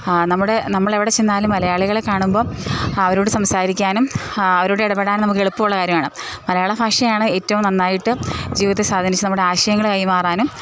നമ്മുടെ നമ്മൾ എവിടെ ചെന്നാലും മലയാളികളെ കാണുമ്പോൾ അവരോട് സംസാരിക്കാനും അവരോട് ഇടപെടാനും നമുക്ക് എളുപ്പമുള്ള കാര്യമാണ് മലയാള ഭാഷയാണ് ഏറ്റവും നന്നായിട്ട് ജീവിതത്തെ സ്വാധീനിച്ച് നമ്മുടെ ആശയങ്ങൾ കൈമാറാനും